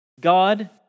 God